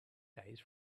days